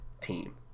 team